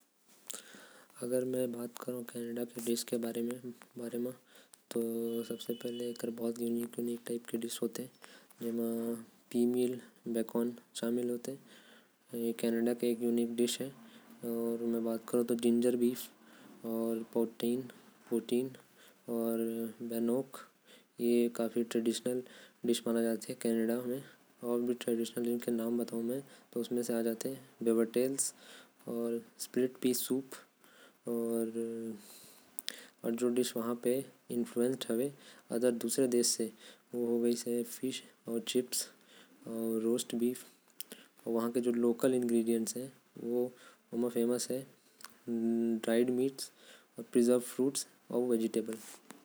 कनाडा में लोग मन बहुत कुछ खाथे। अगर ओमन के बात करे जाए तो ओमन के प्रमुख खाना है। मछली जिंजर बीफ बेकन अउ ब्रूईस।